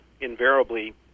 invariably